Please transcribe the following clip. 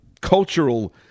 cultural